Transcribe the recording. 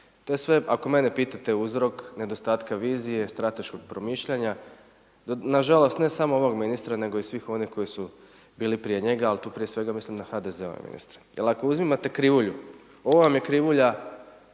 to je sve, ako mene pitate, uzrok nedostatka vizije, strateškog promišljanja, nažalost, ne samo ovog ministra, nego svih onih koji su bili prije njega, ali tu prije svega mislim na HDZ-ove ministre. Jer ako uzmite krivulju, ovo vam je krivulja,